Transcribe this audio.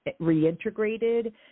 reintegrated